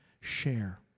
share